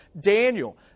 Daniel